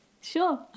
Sure